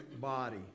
body